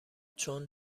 چون